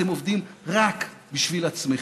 אתם עובדים רק בשביל עצמכם.